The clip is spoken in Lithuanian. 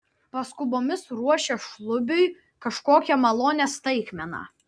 paskubomis ruošė šlubiui kažkokią malonią staigmeną